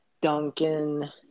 duncan